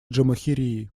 джамахирии